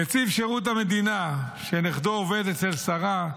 נציב שירות המדינה, נכדו עובד אצל שרה,